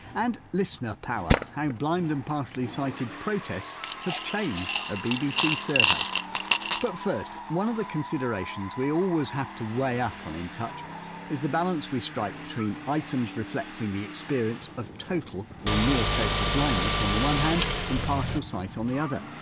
and listener power how blind and partially sighted protests have changed a bbc survey but first, one of the considerations we always have to weigh up on in touch is the balance we strike between items reflecting the experience of total or near total blindness, on the one hand, and partial sight on the other.